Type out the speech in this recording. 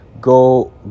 go